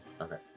Okay